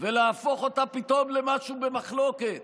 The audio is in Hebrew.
ולהפוך אותה פתאום למשהו במחלוקת.